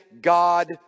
God